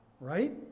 Right